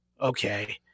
okay